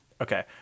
Okay